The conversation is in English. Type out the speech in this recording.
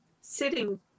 sitting